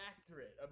accurate